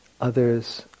others